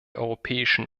europäischen